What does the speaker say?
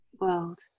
world